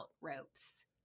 ropes